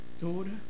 daughter